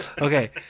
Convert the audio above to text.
Okay